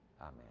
Amen